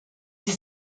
sie